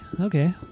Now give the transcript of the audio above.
Okay